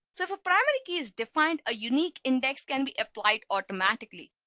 so for primary key is defined a unique index can be applied automatically.